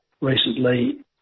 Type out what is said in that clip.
recently